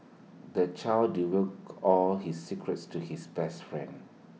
the child divulged all his secrets to his best friend